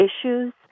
issues